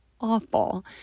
awful